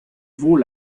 vaut